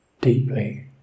deeply